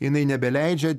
jinai nebeleidžia